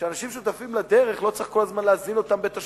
כשאנשים שותפים לדרך לא צריך להזין אותם כל הזמן בתשלומים,